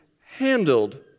handled